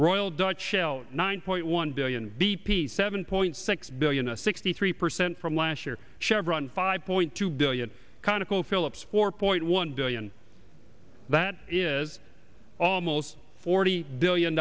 royal dutch shell nine point one billion b p seven point six billion a sixty three percent from last year chevron five point two billion conoco phillips four point one billion that is almost forty billion